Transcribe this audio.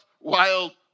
wild